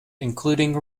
including